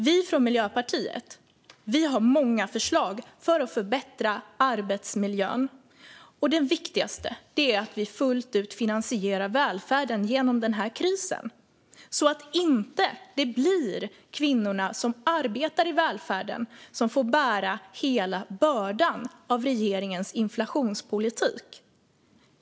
Vi från Miljöpartiet har många förslag för att förbättra arbetsmiljön. Det viktigaste är att vi fullt ut finansierar välfärden genom den här krisen så att det inte blir kvinnorna som arbetar i välfärden som får bära hela bördan av regeringens inflationspolitik.